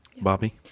Bobby